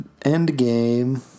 Endgame